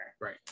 Right